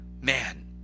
man